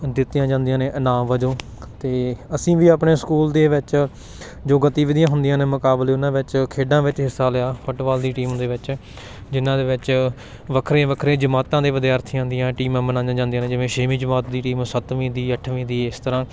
ਦਿੱਤੀਆਂ ਜਾਂਦੀਆਂ ਨੇ ਇਨਾਮ ਵਜੋਂ ਅਤੇ ਅਸੀਂ ਵੀ ਆਪਣੇ ਸਕੂਲ ਦੇ ਵਿੱਚ ਜੋ ਗਤੀਵਿਧੀਆਂ ਹੁੰਦੀਆਂ ਨੇ ਮੁਕਾਬਲੇ ਉਹਨਾਂ ਵਿੱਚ ਖੇਡਾਂ ਵਿੱਚ ਹਿੱਸਾ ਲਿਆ ਫੁੱਟਬਾਲ ਦੀ ਟੀਮ ਦੇ ਵਿੱਚ ਜਿਨ੍ਹਾਂ ਦੇ ਵਿੱਚ ਵੱਖਰੀਆਂ ਵੱਖਰੀਆਂ ਜਮਾਤਾਂ ਦੇ ਵਿਦਿਆਰਥੀਆਂ ਦੀਆਂ ਟੀਮਾਂ ਬਣਾਈਆਂ ਜਾਂਦੀਆਂ ਨੇ ਜਿਵੇਂ ਛੇਵੀਂ ਜਮਾਤ ਦੀ ਟੀਮ ਸੱਤਵੀਂ ਦੀ ਅੱਠਵੀਂ ਦੀ ਇਸ ਤਰ੍ਹਾਂ